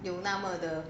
有那么的